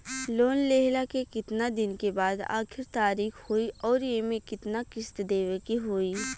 Loan लेहला के कितना दिन के बाद आखिर तारीख होई अउर एमे कितना किस्त देवे के होई?